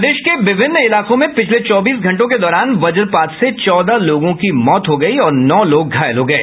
प्रदेश के विभिन्न इलाकों में पिछले चौबीस घंटों के दौरान वजपात से चौदह लोगों की मौत हो गयी और नौ लोग घायल हो गये